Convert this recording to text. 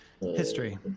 History